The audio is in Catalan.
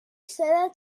seda